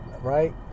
right